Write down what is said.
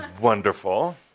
Wonderful